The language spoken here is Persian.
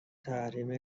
تحریم